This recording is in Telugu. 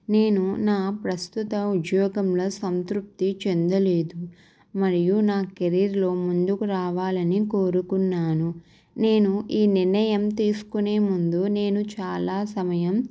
నేను నా ప్రస్తుత ఉద్యోగంలో సంతృప్తి చెందలేదు మరియు నా కెరియర్లో ముందుకు రావాలని కోరుకున్నాను నేను ఈ నిర్ణయం తీసుకునే ముందు నేను చాలా సమయం